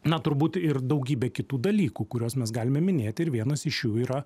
na turbūt ir daugybė kitų dalykų kuriuos mes galime minėti ir vienas iš jų yra